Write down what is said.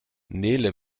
nele